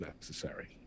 necessary